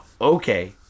okay